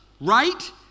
Right